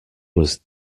was